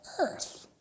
earth